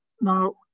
Now